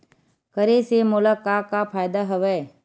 करे से मोला का का फ़ायदा हवय?